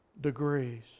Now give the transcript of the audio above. degrees